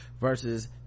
versus